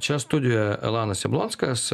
čia studijoje elanas jablonskas